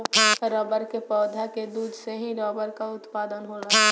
रबड़ के पौधा के दूध से ही रबड़ कअ उत्पादन होला